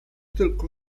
tylko